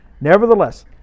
nevertheless